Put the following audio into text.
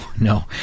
no